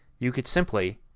you could simply,